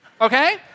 Okay